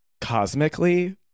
cosmically